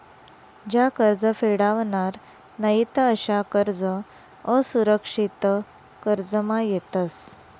ज्या कर्ज फेडावनार नयीत अशा कर्ज असुरक्षित कर्जमा येतस